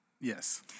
yes